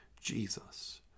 Jesus